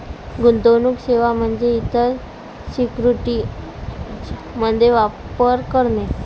गुंतवणूक सेवा म्हणजे इतर सिक्युरिटीज मध्ये व्यापार करणे